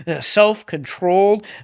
self-controlled